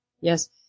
yes